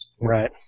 Right